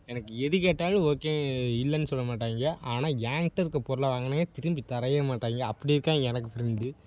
எனக்கு எது கேட்டாலும் ஓகே இல்லைனு சொல்லமாட்டாங்க ஆனால் என் கிட்டே இருக்க பொருளை வாங்கினாவே திரும்பி தரவே மாட்டாங்க அப்படி இருக்காங்க எனக்கு ஃப்ரெண்டு